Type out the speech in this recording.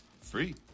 free